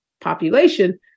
population